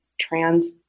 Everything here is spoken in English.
trans